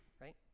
right